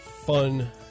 Fun